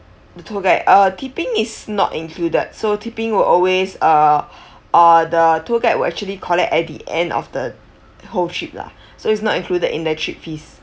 the tour guide uh tipping is not included so tipping will always uh uh the tour guide will actually collect at the end of the whole trip lah so it's not included in the trip fees